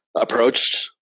approached